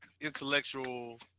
intellectual